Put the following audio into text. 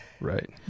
Right